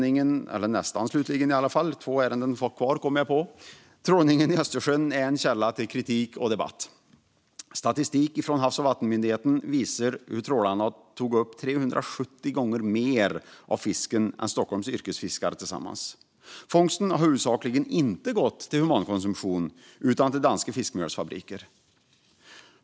Fru talman! Trålningen i Östersjön är en källa till kritik och debatt. Statistik från Havs och vattenmyndigheten visar hur trålarna tagit upp 370 gånger mer av fisken än Stockholms yrkesfiskare tillsammans. Fångsten har huvudsakligen inte gått till humankonsumtion utan till danska fiskmjölsfabriker.